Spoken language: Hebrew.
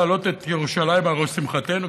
להעלות את ירושלים על ראש שמחתנו,